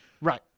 Right